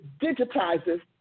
digitizes